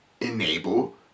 enable